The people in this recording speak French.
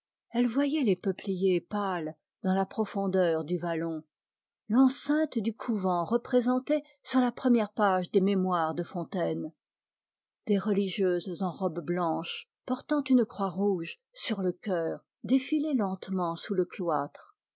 elle voyait les peupliers dans la profondeur du vallon l'enceinte du couvent représentée sur la première page des mémoires de fontaine des religieuses en robe blanche portant une croix rouge sur le cœur défilaient sous le cloître